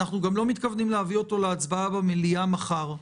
אנחנו גם לא מתכוונים להביא אותו להצבעה במליאה מחר.